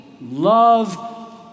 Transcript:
love